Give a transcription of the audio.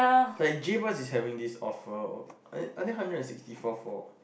like is having this offer I I think hundred and sixty four four